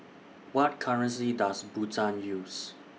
What currency Does Bhutan use